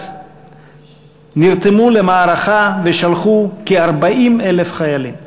נרתמו למערכה ושלחו כ-40,000 חיילים.